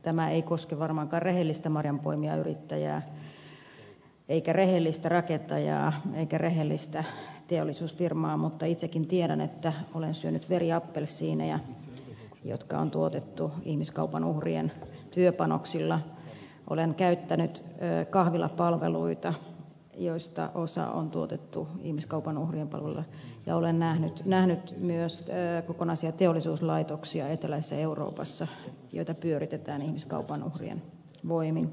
tämä ei koske varmaankaan rehellistä marjanpoimijayrittäjää eikä rehellistä rakentajaa eikä rehellistä teollisuusfirmaa mutta itsekin tiedän että olen syönyt veriappelsiineja jotka on tuotettu ihmiskaupan uhrien työpanoksilla olen käyttänyt kahvilapalveluita joista osa on tuotettu ihmiskaupan uhrien palveluilla ja olen nähnyt myös kokonaisia teollisuuslaitoksia eteläisessä euroopassa joita pyöritetään ihmiskaupan uhrien voimin